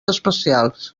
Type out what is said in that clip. especials